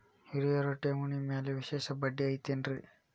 ಹಿರಿಯರ ಠೇವಣಿ ಮ್ಯಾಲೆ ವಿಶೇಷ ಬಡ್ಡಿ ಐತೇನ್ರಿ?